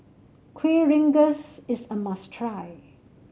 Kueh Rengas is a must try